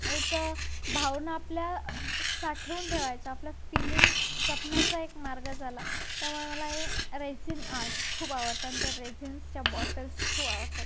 एक भावना आपल्या साठवून ठेवायच्या आपल्या फिलिंग्ज जपण्याचा एक मार्ग झाला त्यामुळे मला हे रेजिन आर्ट खूप आवडतात आणि त्या रेझिन्सच्या बॉटल्स खूप आवडतात